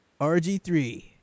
RG3